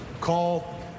call